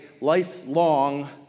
lifelong